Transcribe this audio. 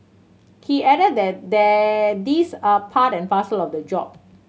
he added that these are part and parcel of the job